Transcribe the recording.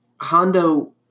Hondo